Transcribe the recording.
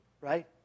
right